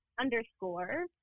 underscore